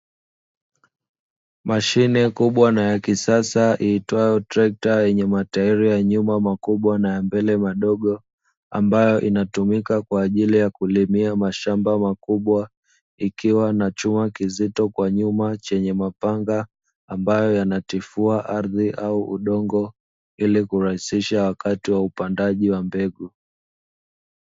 Mashine kubwa na ya kisasa iitwayo trekta, yenye matairi ya nyuma makubwa na ya mbele madogo, ambayo inatumika kwa ajili ya kulimia mashamba makubwa, ikiwa na chuma kizito kwa nyuma chenye mapanga ambayo yanatifua ardhi au udongo ili kurahisisha wakati wa upandaji wa mbegu.